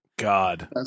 god